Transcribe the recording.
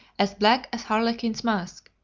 as black as harlequin's mask,